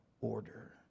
order